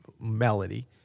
melody